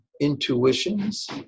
intuitions